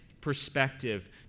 perspective